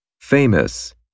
Famous